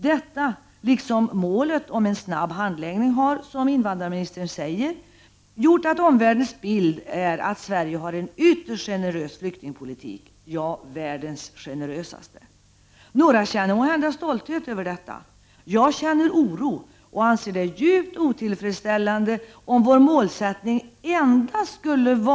Detta liksom målet om en snabb handläggning har, som invandrarministern säger, gjort att omvärldens bild är att Sverige har en ytterst generös flyktingpolitik — världens generösaste. Några känner måhända stolthet över detta. Jag känner oro och anser att det är djupt otillfredsställande om vår målsättning endast skulle vara att — Prot.